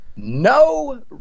No